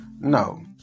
No